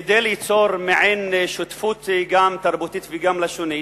כדי ליצור מעין שותפות, גם תרבותית וגם לשונית,